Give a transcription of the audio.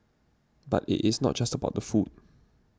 but it is not just about the food